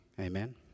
Amen